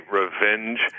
revenge